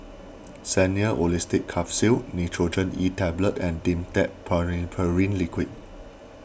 Xenical Orlistat Capsules Nurogen E Tablet and Dimetapp Phenylephrine Liquid